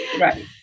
Right